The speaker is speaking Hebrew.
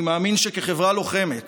אני מאמין שכחברה לוחמת